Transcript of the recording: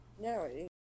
no